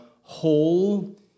whole